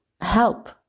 help